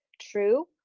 true